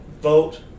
vote